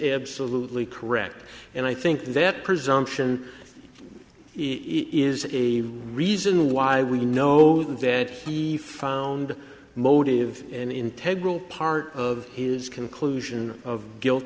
absolutely correct and i think that presumption is a reason why we know that he found motive and integrity part of his conclusion of guilt